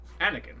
Anakin